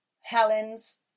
Helen's